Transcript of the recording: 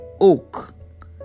oak